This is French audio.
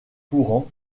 courants